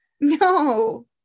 No